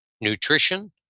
nutrition